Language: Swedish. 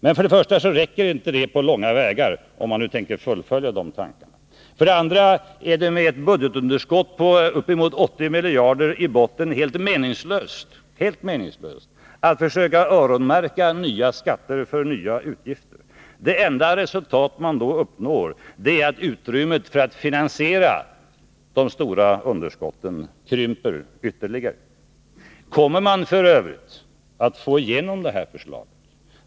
Men för det första räcker inte det på långa vägar — om man nu tänker fullfölja dessa tankar. För det andra är det med ett budgetunderskott på uppemot 80 miljarder i botten helt meningslöst att försöka öronmärka nya skatter för nya utgifter. Det enda resultat man då uppnår är att utrymmet för att finansiera de stora underskotten krymper ytterligare. Kommer man f. ö. att få igenom det förslaget?